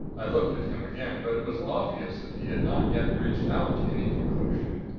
i looked at him again, but it was obvious that he had not yet reached out to any conclusion.